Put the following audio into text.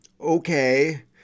okay